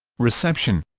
reception